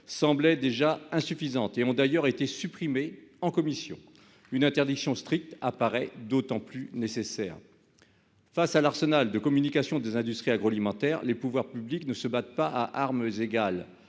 semblaient déjà insuffisantes- elles ont d'ailleurs été supprimées en commission. Une interdiction stricte apparaît d'autant plus nécessaire. Face à l'arsenal de communication des industries agroalimentaires, les pouvoirs publics ne se battent pas à armes égales.